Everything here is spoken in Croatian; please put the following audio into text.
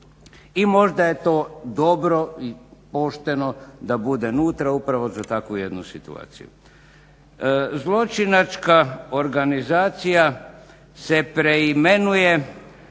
I možda je to dobro i pošteno da bude nutra upravo za takvu jednu situaciju. Zločinačka organizacija se preimenuje,